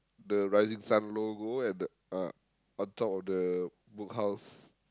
the rising sun logo at the uh on top of the Book House